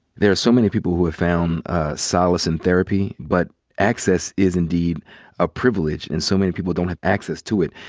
there are so many people who have found solace in therapy, but access is indeed a privilege. and so many people don't have access to it.